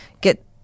get